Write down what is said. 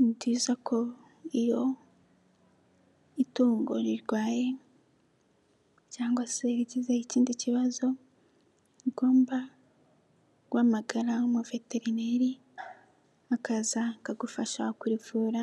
Ni byiza ko iyo itungo rirwaye cyangwa se rigizeho ikindi kibazo ugomba guhamagaraho umuveterineri akaza akagufasha kurivura